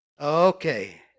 Okay